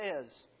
says